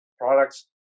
products